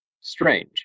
strange